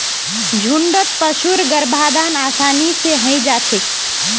झुण्डत पशुर गर्भाधान आसानी स हई जा छेक